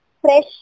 fresh